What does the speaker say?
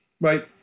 Right